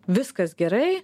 viskas gerai